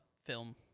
film